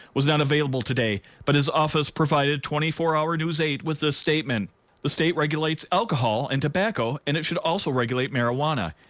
was not available today but his office provided twenty four hour news eight with this statement the state regulates alcohol and tobacco and it should also regulate marijuana.